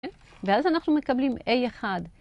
ואז אנחנו מקבלים A1.